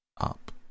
up